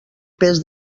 pes